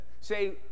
Say